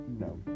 No